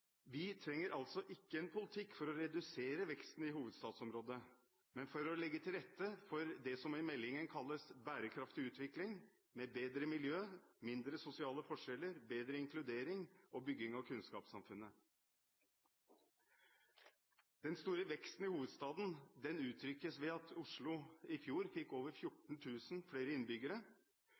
Vi trenger altså ikke en politikk for å redusere veksten i hovedstadsområdet, men for å legge til rette for det som i meldingen kalles bærekraftig utvikling, med bedre miljø, mindre sosiale forskjeller, bedre inkludering og bygging av kunnskapssamfunnet. Den store veksten i hovedstaden uttrykkes ved at Oslo i fjor fikk over 14 000 flere innbyggere.